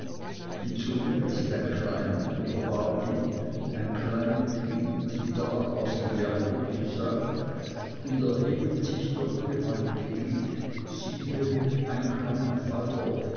die zunge ist ein klein wunderbar ding ein klein glied wie der apostel jakobus sagt und erhebet sich doch gewaltiglich siehe ein klein